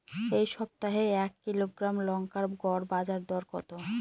এই সপ্তাহে এক কিলোগ্রাম লঙ্কার গড় বাজার দর কত?